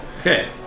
Okay